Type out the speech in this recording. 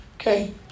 Okay